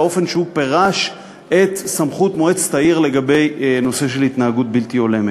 באופן שהוא פירש את סמכות מועצת העיר לגבי הנושא של התנהגות בלתי הולמת.